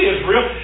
Israel